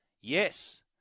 Yes